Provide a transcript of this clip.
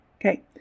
Okay